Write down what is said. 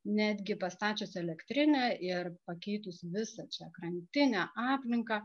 netgi pastačius elektrinę ir pakeitus visą čia krantinę aplinką